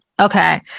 Okay